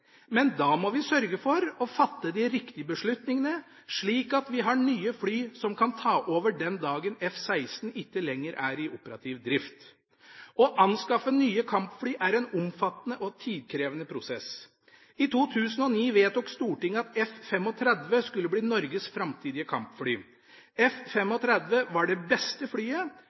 Men da må vi sørge for å fatte de riktige beslutningene, slik at vi har nye fly som kan ta over den dagen F-16 ikke lenger er i operativ drift. Å anskaffe nye kampfly er en omfattende og tidkrevende prosess. I 2009 vedtok Stortinget at F-35 skulle bli Norges framtidige kampfly. F-35 var det beste flyet,